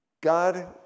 God